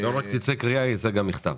לא רק תצא קריאה, ייצא גם מכתב.